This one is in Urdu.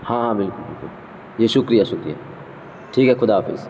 ہاں ہاں بالکل بالکل یہ شکریہ شکریہ ٹھیک ہے خدا حافظ